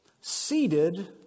seated